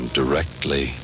directly